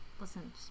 listen